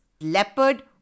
leopard